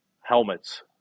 helmets